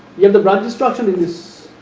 if the branch instruction in this